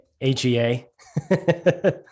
H-E-A